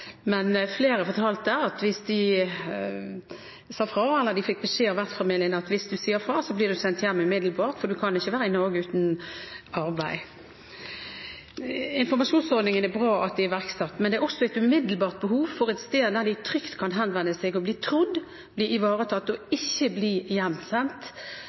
men flere fortalte at de fikk beskjed fra vertsfamilien om at hvis de sa ifra, ble de sendt hjem umiddelbart, for de kunne ikke være i Norge uten arbeid. Det er bra at informasjonsordningen er iverksatt, men det er også et umiddelbart behov for et sted der de trygt kan henvende seg og bli trodd, bli ivaretatt og